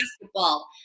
basketball